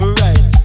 right